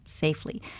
safely